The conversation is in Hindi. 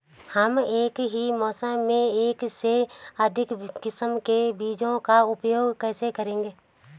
हम एक ही मौसम में एक से अधिक किस्म के बीजों का उपयोग कैसे करेंगे?